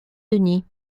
denis